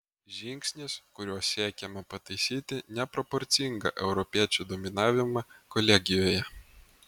žingsnis kuriuo siekiama pataisyti neproporcingą europiečių dominavimą kolegijoje